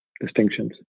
distinctions